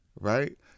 Right